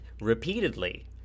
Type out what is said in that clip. repeatedly